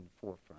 forefront